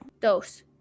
Dos